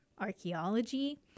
archaeology